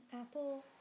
Apple